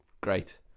great